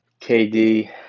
KD